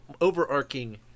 overarching